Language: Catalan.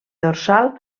dorsal